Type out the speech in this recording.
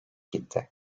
gitti